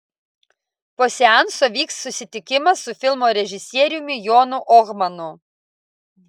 po seanso vyks susitikimas su filmo režisieriumi jonu ohmanu